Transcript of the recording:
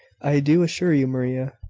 i do assure you, maria,